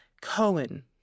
Cohen